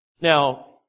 Now